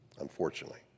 unfortunately